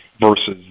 versus